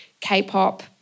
K-pop